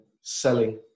selling